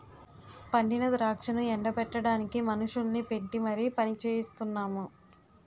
పండిన ద్రాక్షను ఎండ బెట్టడానికి మనుషుల్ని పెట్టీ మరి పనిచెయిస్తున్నాము